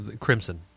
Crimson